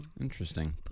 Interesting